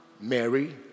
Mary